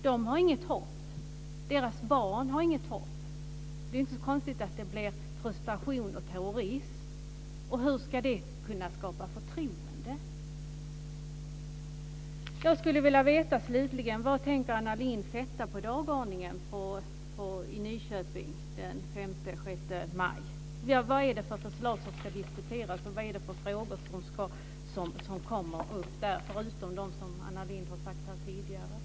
De har inget hopp och deras barn har heller inget hopp, så det är inte så konstigt att det blir frustration och terrorism. Hur ska alltså detta kunna skapa förtroende? Slutligen: Vad tänker Anna Lindh sätta upp på dagordningen för mötet i Nyköping den 5 och 6 maj? Vilka förslag ska diskuteras och vilka frågor kommer där upp, förutom de som Anna Lindh tidigare nämnt här?